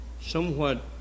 somewhat